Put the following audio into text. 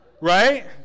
right